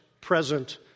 present